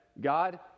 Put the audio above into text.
God